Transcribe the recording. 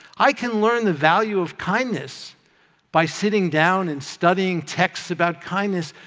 i can learn the value of kindness by sitting down and studying texts about kindness,